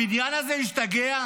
הבניין הזה השתגע?